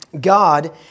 God